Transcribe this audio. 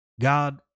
God